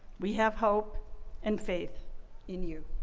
we have hope and faith in you.